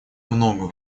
много